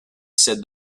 said